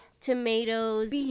tomatoes